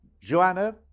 Joanna